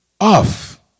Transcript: off